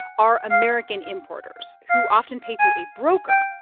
are american importers who often pay through a broker.